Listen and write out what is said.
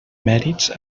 mèrits